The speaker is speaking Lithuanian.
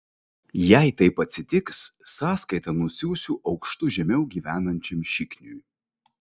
jei taip atsitiks sąskaitą nusiųsiu aukštu žemiau gyvenančiam šikniui